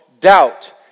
doubt